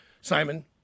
Simon